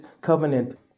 covenant